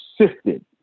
sifted